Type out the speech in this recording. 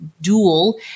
dual